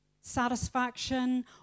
satisfaction